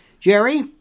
Jerry